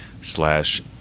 slash